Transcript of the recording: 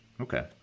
Okay